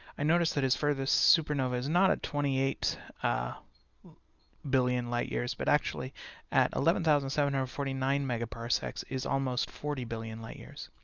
i notice that his furthest supernova is not at twenty eight billion light years, but actually at eleven thousand seven hundred and forty nine megaparsecs, is almost forty billion light years.